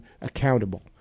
accountable